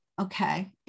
Okay